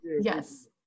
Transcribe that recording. Yes